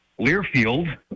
Learfield